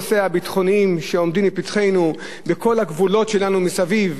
כל הנושאים הביטחוניים שעומדים לפתחנו בכל הגבולות שלנו מסביב,